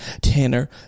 Tanner